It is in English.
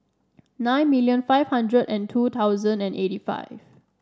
nine million five hundred and two thousand and eighty five